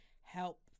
help